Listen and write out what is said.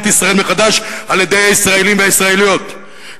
ישראל מחדש על-ידי הישראלים והישראליות,